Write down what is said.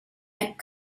and